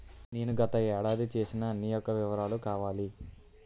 నేను గత ఏడాది చేసిన అన్ని యెక్క వివరాలు కావాలి?